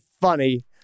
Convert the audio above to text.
funny